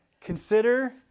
Consider